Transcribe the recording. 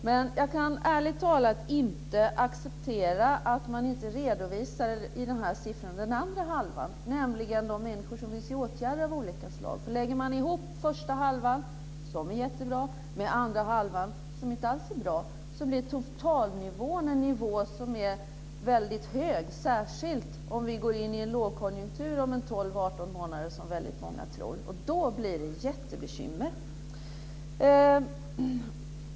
Men jag kan ärligt talat inte acceptera att man i de här siffrorna inte redovisar den andra halvan, nämligen de människor som finns i åtgärder av olika slag. Lägger man ihop den första halvan, som är jättebra, med den andra halvan, som inte alls är bra, blir det totalt en väldigt hög nivå, särskilt för den händelse att vi om 12-18 månader går in i en lågkonjunktur, som väldigt många tror. Då blir det jättebekymmer.